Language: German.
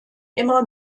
immer